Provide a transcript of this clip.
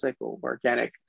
organic